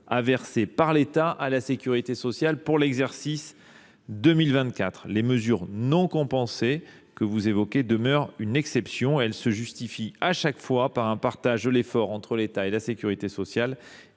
d’euros à la sécurité sociale pour l’exercice 2024. Les mesures non compensées que vous avez évoquées demeurent une exception. Elles se justifient à chaque fois par un partage de l’effort entre l’État et la sécurité sociale